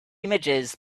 images